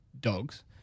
dogs